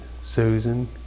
Susan